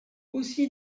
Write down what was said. aussi